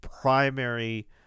primary